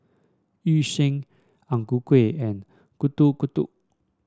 Yu Sheng Ang Ku Kueh and Getuk Getuk